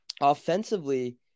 offensively